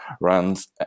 runs